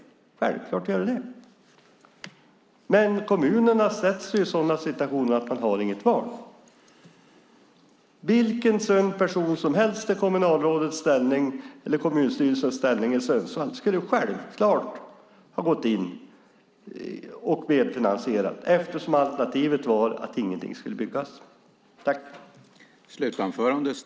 Det är självklart att det gör det. Kommunerna försätts i sådana situationer att de inte har något val. Vem som helst i kommunstyrelsen i Sundsvall skulle självklart ha gått in och medfinansierat eftersom alternativet var att ingenting skulle byggas.